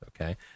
okay